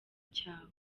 cyawe